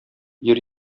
йөри